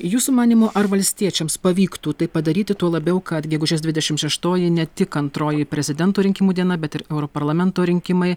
jūsų manymu ar valstiečiams pavyktų tai padaryti tuo labiau kad gegužės dvidešim šeštoji ne tik antroji prezidento rinkimų diena bet ir europarlamento rinkimai